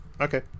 Okay